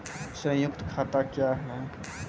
संयुक्त खाता क्या हैं?